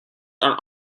are